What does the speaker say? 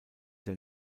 der